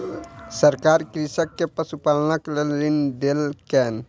सरकार कृषक के पशुपालनक लेल ऋण देलकैन